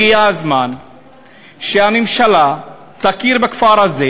הגיע הזמן שהממשלה תכיר בכפר הזה.